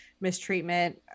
mistreatment